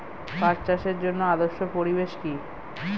পাট চাষের জন্য আদর্শ পরিবেশ কি?